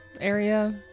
area